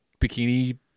bikini